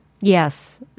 Yes